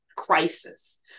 crisis